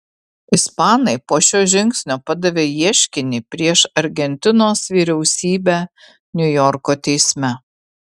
ispanai po šio žingsnio padavė ieškinį prieš argentinos vyriausybę niujorko teisme